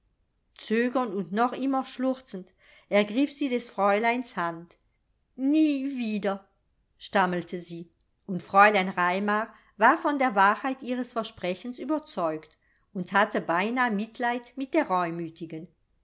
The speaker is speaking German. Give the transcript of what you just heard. zögernd und noch immer schluchzend ergriff sie des fräuleins hand nie wieder stammelte sie und fräulein raimar war von der wahrheit ihres versprechens überzeugt und hatte beinah mitleid mit der